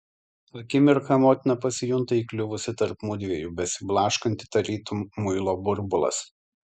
akimirką motina pasijunta įkliuvusi tarp mudviejų besiblaškanti tarytum muilo burbulas